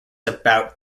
about